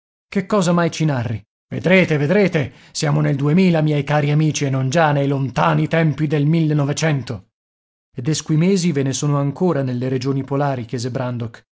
che cosa mai ci narri vedrete vedrete siamo nel duemila miei cari amici e non già nei lontani tempi del ed esquimesi ve ne sono ancora nelle regioni polari chiese brandok